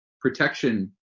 Protection